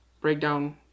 breakdown